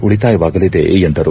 ಉಳಿತಾಯವಾಗಲಿದೆ ಎಂದರು